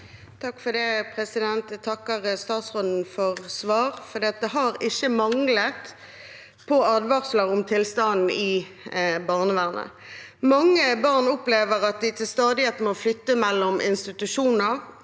(FrP) Jeg takker statsråd- en for svaret. Det har ikke manglet på advarsler om tilstanden i barnevernet. Mange barn opplever at de til stadighet må flytte mellom institusjoner,